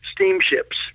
steamships